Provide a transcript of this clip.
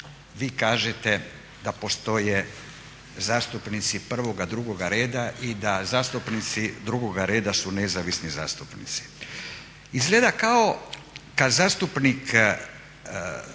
vi kažete da postoje zastupnici prvoga, drugoga reda i da zastupnici drugoga reda su nezavisni zastupnici. Izgleda kao kad zastupnik